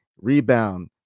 rebound